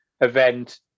event